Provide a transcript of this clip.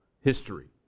history